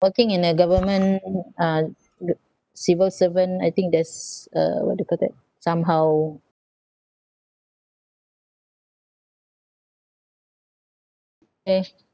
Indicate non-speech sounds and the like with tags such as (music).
working in the government uh (noise) civil servant I think there's a what do you call that somehow eh